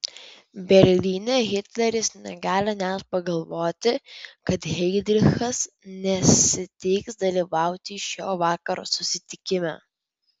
berlyne hitleris negali net pagalvoti kad heidrichas nesiteiks dalyvauti šio vakaro susitikime